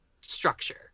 structure